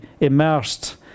immersed